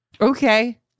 okay